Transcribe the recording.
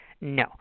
no